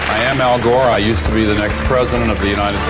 i'm al gore, i used to be the next president of the united